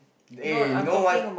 eh you know what